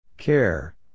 Care